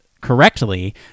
correctly